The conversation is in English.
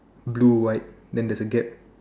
blue white then there's a gap